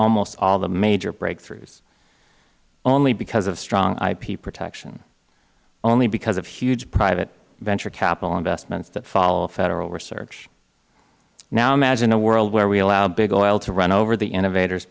almost all of the major breakthroughs only because of strong ip protection only because of huge private venture capital investments that follow federal research now imagine a world where we allow big oil to run over the innovators